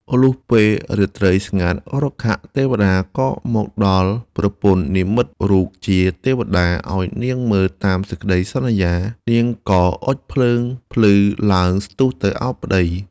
លុះពេលរាត្រីស្ងាត់ រុក្ខទេវតាក៏មកដល់ប្រពន្ធនិម្មិតរូបជាទេវតា ឱ្យនាងមើលតាមសេចក្ដីសន្យា នាងក៏អុជភ្លើងភ្លឺឡើង ស្ទុះទៅអោបប្ដី។